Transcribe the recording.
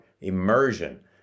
immersion